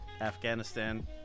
Afghanistan